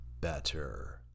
better